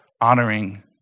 honoring